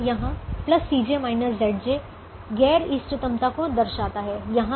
तो यहाँ Cj Zj गैर इष्टतमता को दर्शाता है